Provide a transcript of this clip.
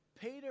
Peter